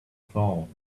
phone